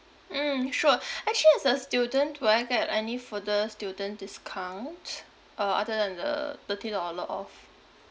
mm sure actually as a student will I get any further student discount uh other than the thirty dollar off